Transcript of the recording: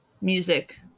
music